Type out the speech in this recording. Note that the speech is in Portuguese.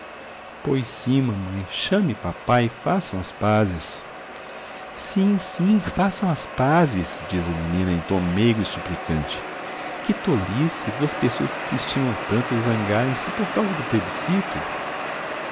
pois sim mamãe chame papai e façam as pazes sim sim façam as pazes diz a menina em tom meigo e suplicante que tolice duas pessoas que se estimam tanto zangarem-se por causa do plebiscito